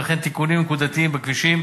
וכן תיקונים נקודתיים בכבישים,